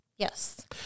Yes